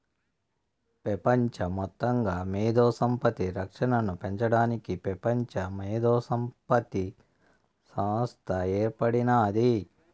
పెపంచ మొత్తంగా మేధో సంపత్తి రక్షనను పెంచడానికి పెపంచ మేధోసంపత్తి సంస్త ఏర్పడినాది